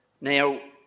Now